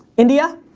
india,